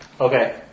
Okay